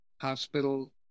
Hospital